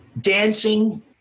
dancing